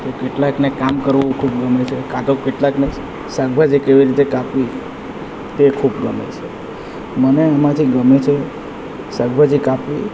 તો કેટલાકને કામ કરવું ખૂબ ગમે છે કાંતો કેટલાકને શાકભાજી કેવી રીતે કાપવી તે ખૂબ ગમે છે મને એમાંથી ગમે છે શાકભાજી કાપવી